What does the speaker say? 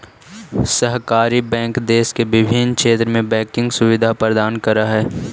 सहकारी बैंक देश के विभिन्न क्षेत्र में बैंकिंग सुविधा प्रदान करऽ हइ